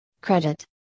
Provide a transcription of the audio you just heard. credit